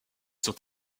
sont